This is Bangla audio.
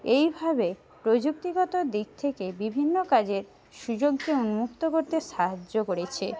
এইভাবে প্রযুক্তিগত দিক থেকে বিভিন্ন কাজের সুযোগকে উন্মুক্ত করতে সাহায্য করেছে